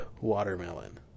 watermelon